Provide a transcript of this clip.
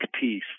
peace